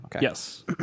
Yes